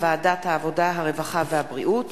שהחזירה ועדת העבודה, הרווחה והבריאות,